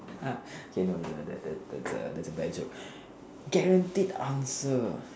ah okay no no no that's a that's a bad joke guaranteed answer